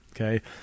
Okay